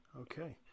Okay